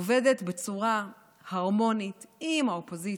עובדת בצורה הרמונית עם האופוזיציה,